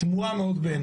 די.